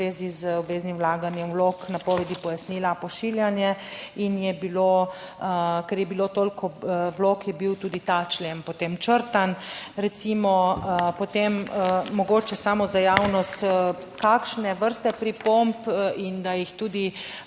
(VI) 13.30** (nadaljevanje) pojasnila, pošiljanje. In je bilo, ker je bilo toliko vlog, je bil tudi ta člen potem črtan recimo. Potem mogoče samo za javnost kakšne vrste pripomb in da jih tudi